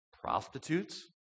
Prostitutes